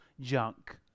junk